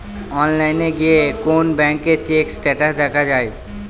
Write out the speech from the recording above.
অনলাইনে গিয়ে কোন ব্যাঙ্কের চেক স্টেটাস দেখা যায়